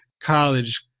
college